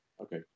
Okay